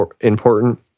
important